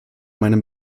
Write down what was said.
meinem